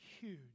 huge